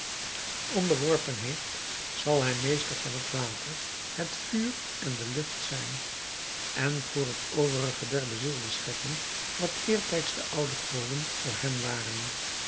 onderworpen heeft zal hij meester van het water het vuur en de lucht zijn en voor het overige der bezielde schepping wat eertijds de oude goden voor hem waren